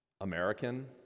American